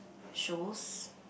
shows